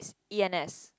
E_N_S